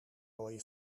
mooie